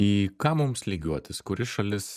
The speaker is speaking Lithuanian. į ką mums lygiuotis kuri šalis